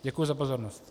Děkuji za pozornost.